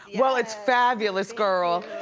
well, it's fabulous, girl.